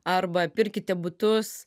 arba pirkite butus